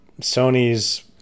Sony's